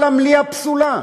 כל המליאה פסולה,